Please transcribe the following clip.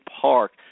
Park